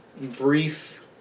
brief